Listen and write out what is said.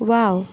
wow